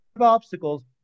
obstacles